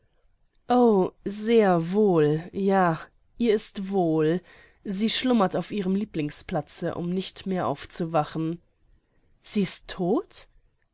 o sehr wohl ja ihr ist wohl sie schlummert auf ihrem lieblingsplatze um nicht mehr aufzuwachen sie ist todt